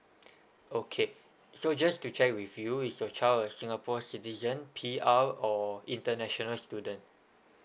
okay so just to check with you is your child a singapore citizen P_R or international student